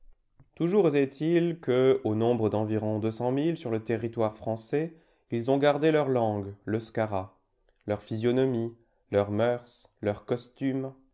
toujours est-il que au nombre d'environ sur le territoire français ils ont gardé leur langue l'euskara leur physionomie leurs mœurs leurs costumes